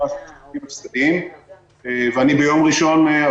--- וביום ראשון,